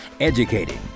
Educating